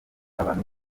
abantu